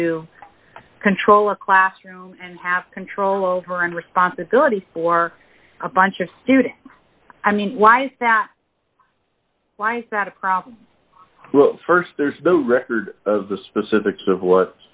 to control a classroom and have control over and responsibility for a bunch of students i mean why is that why is that a problem st there's the record of the specifics of